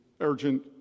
urgent